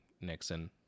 Nixon